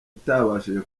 utabashije